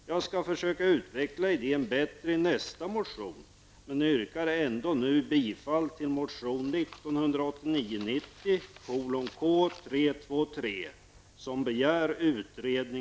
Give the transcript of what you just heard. Jag skall försöka utveckla idéen bättre i nästa motion, men yrkar ändå nu bifall till motion